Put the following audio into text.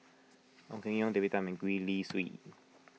Ong Keng Yong David Tham and Gwee Li Sui